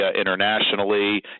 internationally